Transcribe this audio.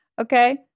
Okay